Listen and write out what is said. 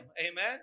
Amen